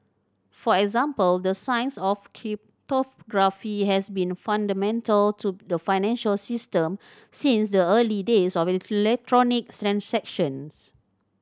for example the science of cryptography has been fundamental to the financial system since the early days of the electronic transactions